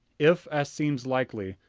if, as seems likely,